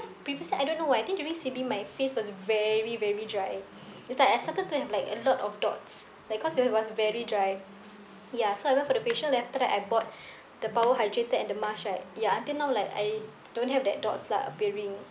previously I don't know why I think during C_B my face was very very dry it's like I started to have like a lot of dots like cause it was very dry ya so I went for the facial then after that I bought the power hydrator and the mask right ya until now like I don't have that dots lah appearing